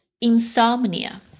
Insomnia